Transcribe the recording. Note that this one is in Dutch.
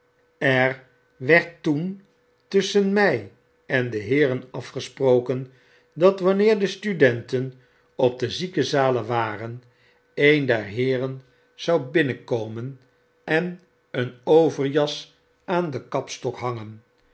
er werd toen tusscheri my en de heeren afgesproken dat wanneer de studenten op de ziekenzalen waren een der heeren zou binnenkomen en een overjas aan den kapstok hangen